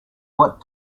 what